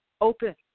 open